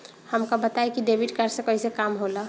हमका बताई कि डेबिट कार्ड से कईसे काम होला?